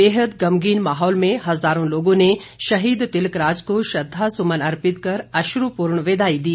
बेहद गमगीन माहौल में हज़ारों लोगों ने शहीद तिलकराज को श्रद्वा सुमन अर्पित कर अश्रपूर्ण विदाई दी